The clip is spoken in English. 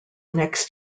next